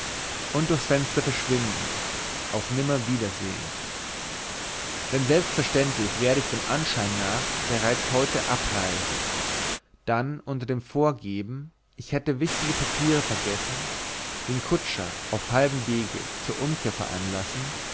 und durchs fenster verschwinden auf nimmerwiedersehen denn selbstverständlich werde ich dem anschein nach bereits heute abend abreisen dann unter dem vorgeben ich hätte wichtige papiere vergessen den kutscher auf halbem wege zur umkehr veranlassen